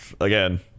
again